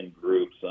groups